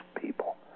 people